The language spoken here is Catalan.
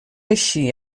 així